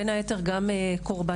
בין היתר גם קורבנות,